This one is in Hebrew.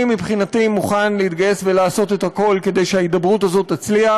אני מבחינתי מוכן להתגייס ולעשות את הכול כדי שההידברות הזאת תצליח,